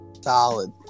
Solid